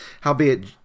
Howbeit